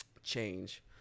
change